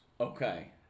Okay